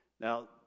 now